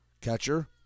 Catcher